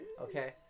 Okay